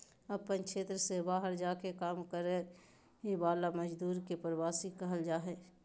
अपन क्षेत्र से बहार जा के काम कराय वाला मजदुर के प्रवासी कहल जा हइ